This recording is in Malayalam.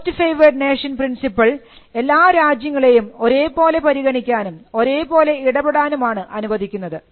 മോസ്റ്റ് ഫേവേർഡ് നേഷൻ പ്രിൻസിപ്പിൾ എല്ലാ രാജ്യങ്ങളെയും ഒരേപോലെ പരിഗണിക്കാനും ഒരേപോലെ ഇടപെടാനും ആണ് അനുവദിക്കുന്നത്